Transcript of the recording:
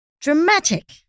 Dramatic